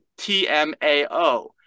tmao